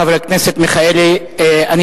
חבר הכנסת מיכאלי, בבקשה.